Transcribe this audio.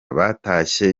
batashye